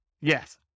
Yes